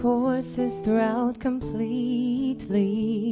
courses through out completely